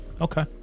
okay